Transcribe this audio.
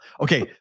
Okay